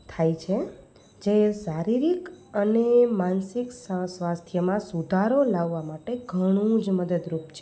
થાય છે જે શારીરિક અને માનસિક સ્વાસ્થ્યમાં સુધારો લાવવા માટે ઘણું જ મદદરૂપ છે